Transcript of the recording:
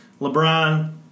LeBron